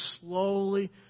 slowly